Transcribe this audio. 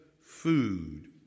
food